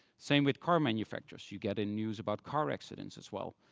same with car manufacturers you get in news about car accidents as well.